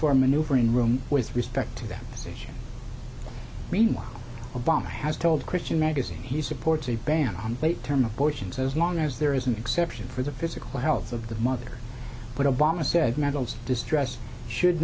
for maneuvering room with respect to that position meanwhile obama has told christian magazine he supports a ban on late term abortions as long as there is an exception for the physical health of the mother put obama said medals distress should